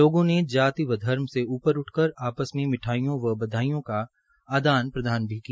लोगों ने जाति व धर्म से ऊपर उठ कर आपस में मिठाईयों व बधाईयों का आदान प्रदान भी किया